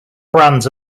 brands